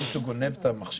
אם מישהו גונב את המכשיר?